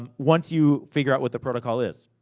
um once you figure out what the protocol is.